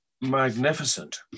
magnificent